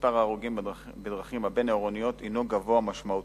מספר ההרוגים בדרכים הבין-עירוניות הינו גבוה משמעותית.